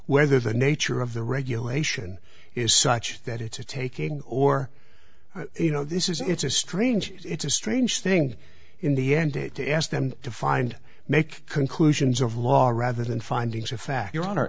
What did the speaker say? whether the nature of the regulation is such that it's a taking or you know this is it's a strange it's a strange thing in the end to ask them to find make conclusions of law rather than findings of fact your honor